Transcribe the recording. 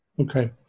Okay